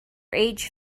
age